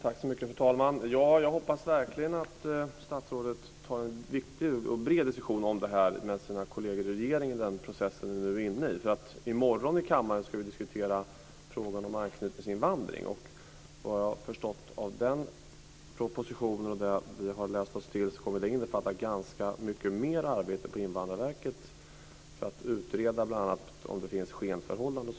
Fru talman! Jag hoppas verkligen att statsrådet tar en viktig och bred diskussion om det här med sina kolleger i regeringen i den process som ni nu är inne i. I morgon i kammaren ska vi diskutera frågan om anknytningsinvandring. Vad jag har förstått av den propositionen och det som vi har läst oss till kommer det att innefatta ganska mycket mer arbete på Invandrarverket. Man ska bl.a. utreda om det finns skenförhållanden.